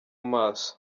maso